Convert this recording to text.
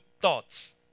thoughts